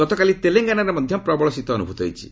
ଗତକାଲି ତେଲେଙ୍ଗାନାରେ ମଧ୍ୟ ପ୍ରବଳ ଶୀତ ଅନ୍ଦଭୂତ ହୋଇଛି